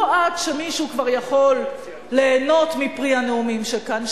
לא עד שמישהו כבר יכול ליהנות מפרי הנאומים שכאן,